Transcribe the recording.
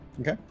Okay